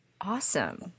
Awesome